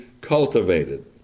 cultivated